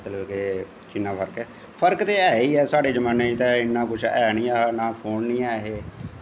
किन्ना फर्क ऐ फर्क ते है ही ऐ साढ़े जमानें च इन्ना कुछ ऐही नी हा फोन नी ऐहे हे